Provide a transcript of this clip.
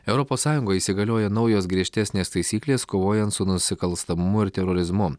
europos sąjungoj įsigalioja naujos griežtesnės taisyklės kovojant su nusikalstamumu ir terorizmu